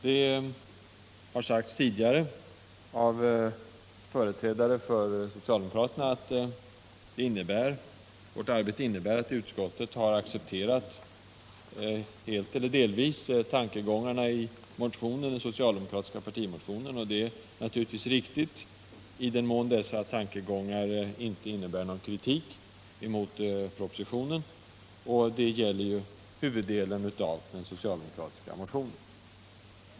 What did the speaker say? Det har tidigare sagts av företrädare för socialdemokraterna att vårt arbete innebär att utskottet har accepterat helt eller delvis tankegångarna i den socialdemokratiska partimotionen. Det är naturligtvis riktigt, i den mån dessa tankegångar inte innebär någon kritik av propositionen, och det gäller ju huvuddelen av den socialdemokratiska motionen.